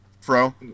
Fro